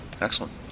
Excellent